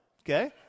Okay